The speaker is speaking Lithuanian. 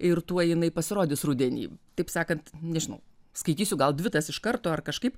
ir tuoj jinai pasirodys rudenį taip sakant nežinau skaitysiu gal dvi tas iš karto ar kažkaip